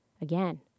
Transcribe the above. again